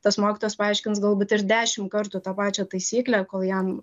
tas mokytojas paaiškins galbūt ir dešim kartų tą pačią taisyklę kol jam